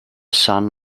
son